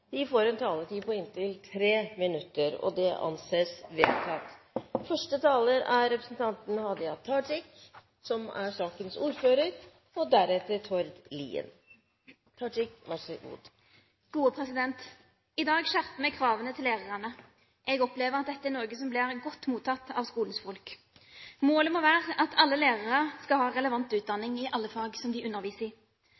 får en taletid på inntil 3 minutter. – Det anses vedtatt. I dag skjerper vi kravene til lærerne. Jeg opplever at dette er noe som blir godt mottatt av skolens folk. Målet må være at alle lærere skal ha relevant